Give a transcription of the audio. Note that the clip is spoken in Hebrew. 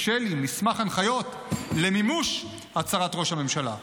שלי מסמך הנחיות למימוש הצהרת ראש הממשלה.